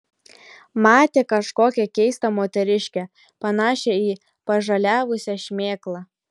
matė kažkokią keistą moteriškę panašią į pažaliavusią šmėklą